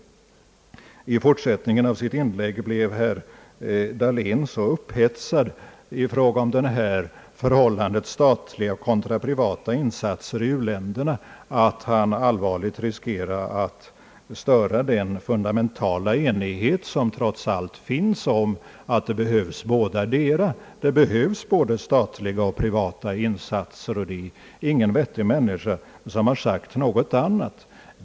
I fortsättningen av sitt inlägg blev herr Dahlén så upphetsad i fråga om förhållandet statliga-privata insatser i u-länderna, att han allvarligt riskeradé att störa den fundamentala enighet som trots allt finns om att det behövs både statliga och privata insatser — ingen vettig människa har sagt något annat.